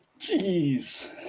Jeez